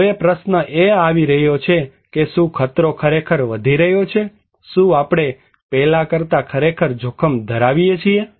હવે પ્રશ્ન એ આવી રહ્યો છે કે શું ખતરો ખરેખર વધી રહ્યો છે શું આપણે પહેલાં કરતાં ખરેખર જોખમ ધરાવીએ છીએ